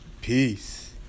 Peace